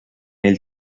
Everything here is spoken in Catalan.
ell